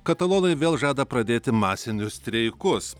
katalonai vėl žada pradėti masinius streikus